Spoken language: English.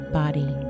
body